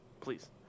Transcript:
Please